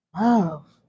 love